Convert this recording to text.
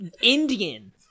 Indian